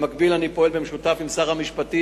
במקביל אני פועל במשותף עם שר המשפטים